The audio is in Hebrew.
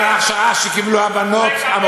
הש"סניקים שולטים, גזלן שכמוך.